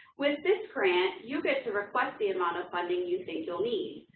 with this grant, you get to request the amount of funding you think you'll need.